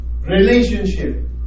Relationship